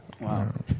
Wow